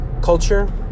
culture